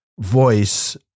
voice